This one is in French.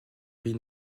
pays